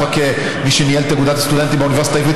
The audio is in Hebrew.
כמי שניהל את אגודת הסטודנטים באוניברסיטה העברית,